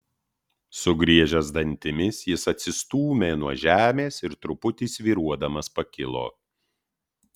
sugriežęs dantimis jis atsistūmė nuo žemės ir truputį svyruodamas pakilo